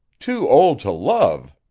too old to love?